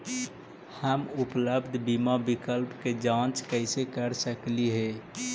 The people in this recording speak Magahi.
हम उपलब्ध बीमा विकल्प के जांच कैसे कर सकली हे?